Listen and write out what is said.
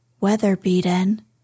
weather-beaten